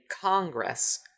congress